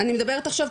אני מדברת עכשיו,